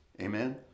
amen